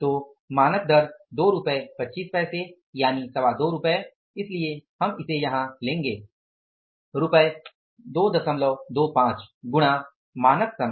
तो मानक दर 2 रुपये 25 पैसे है इसलिए हम इसे यहां लेंगे रुपये 225 गुणा मानक समय